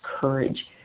courage